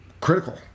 critical